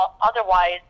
otherwise